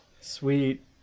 sweet